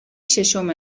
ششم